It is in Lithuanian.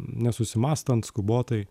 nesusimąstant skubotai